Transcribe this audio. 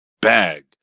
bag